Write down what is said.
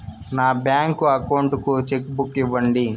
నా bank account కు cheque book ఇవ్వండి